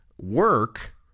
work